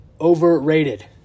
Overrated